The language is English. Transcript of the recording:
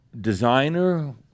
designer